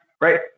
right